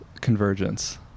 convergence